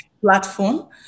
platform